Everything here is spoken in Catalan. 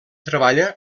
treballa